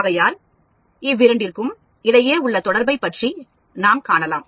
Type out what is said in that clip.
ஆகையால் இவ்விரண்டிற்கும் இடையே உள்ள தொடர்பை பற்றி நாம் காணலாம்